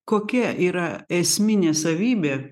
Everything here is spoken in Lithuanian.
kokia yra esminė savybė